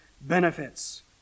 benefits